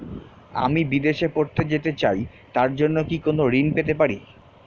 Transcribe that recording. আমি বিদেশে পড়তে যেতে চাই তার জন্য কি কোন ঋণ পেতে পারি?